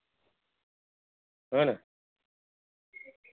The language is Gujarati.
હને